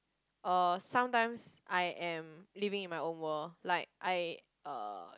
uh sometimes I am living in my own world like I uh